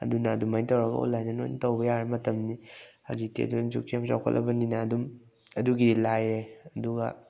ꯑꯗꯨꯅ ꯑꯗꯨꯃꯥꯏꯅ ꯇꯧꯔꯒ ꯑꯣꯟꯂꯥꯏꯟꯗ ꯂꯣꯏꯅ ꯇꯧꯕ ꯌꯥꯔꯕ ꯃꯇꯝꯅꯤ ꯍꯧꯖꯤꯛꯇꯤ ꯑꯗꯨꯅ ꯖꯨꯛꯁꯦ ꯌꯥꯝ ꯆꯥꯎꯈꯠꯂꯕꯅꯤꯅ ꯑꯗꯨꯝ ꯑꯗꯨꯒꯤ ꯂꯥꯏꯔꯦ ꯑꯗꯨꯒ